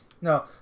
No